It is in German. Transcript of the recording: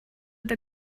der